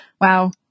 wow